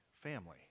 family